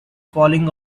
falling